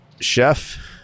Chef